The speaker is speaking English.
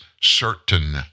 certain